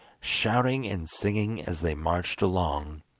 shouting and singing as they marched along.